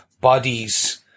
bodies